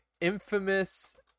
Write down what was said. infamous